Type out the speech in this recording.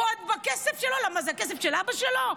ועוד בכסף שלו, למה, זה כסף של אבא שלו?